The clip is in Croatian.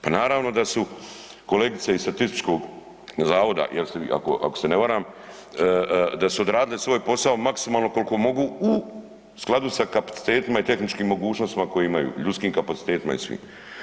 Pa naravno da su kolegice iz statističkog zavoda, .../nerazumljivo/... ako se ne varam, da su odradile svoj posao maksimalno koliko mogu u skladu sa kapacitetima i tehničkim mogućnostima koje imaju, ljudskim kapacitetima i svim.